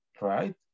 Right